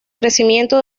crecimiento